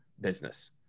business